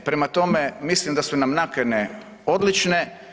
Prema tome, mislim da su nam nakane odlične.